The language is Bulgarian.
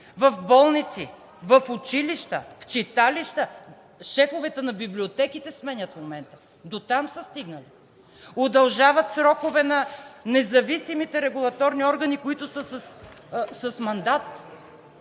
в болници, в училища, в читалища, шефовете на библиотеките сменят в момента – дотам са стигнали. Удължават срокове на независимите регулаторни органи, които са с мандат,